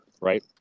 Right